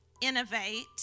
innovate